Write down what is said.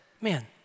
man